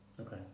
Okay